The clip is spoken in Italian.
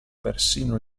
persino